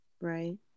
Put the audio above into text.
Right